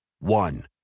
One